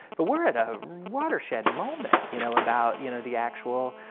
but we're at a watershed moment you know about you know the actual